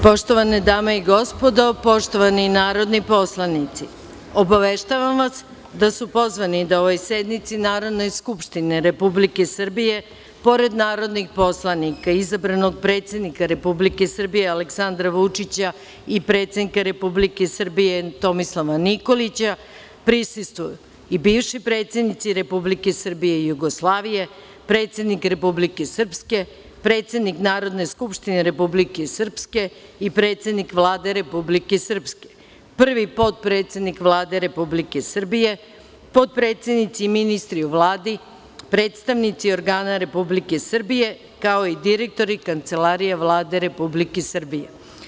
Poštovane dame i gospodo, poštovani narodni poslanici, obaveštavam vas da su pozvani da ovoj sednici Narodne skupštine Republike Srbije, pored narodnih poslanika i izabranog predsednika Republike Srbije Aleksandra Vučića i predsednika Republike Srbije Tomislava Nikolića, prisustvuju i: bivši predsednici Republike Srbije i Jugoslavije, predsednik Republike Srpske, predsednik Narodne skupštine Republike Srpske i predsednik Vlade Republike Srpske, prvi potpredsednik Vlade Republike Srbije, potpredsednici i ministri u Vladi, predstavnici organa Republike Srbije, kao i direktori kancelarija Vlade Republike Srbije.